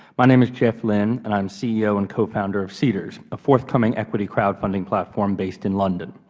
my name is jeff lynn and i am ceo and cofounder of seedrs, a forthcoming equity crowdfunding platform based in london.